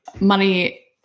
money